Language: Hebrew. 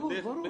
ברור לי.